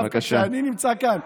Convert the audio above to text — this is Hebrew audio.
דווקא כשאני נמצא כאן?